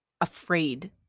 afraid